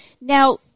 Now